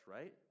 right